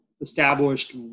established